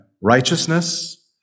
righteousness